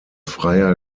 freier